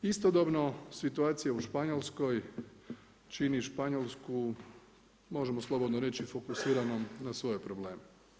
Istodobno, situacija u Španjolskoj čini Španjolsku možemo slobodno reći fokusiranom na svoje probleme.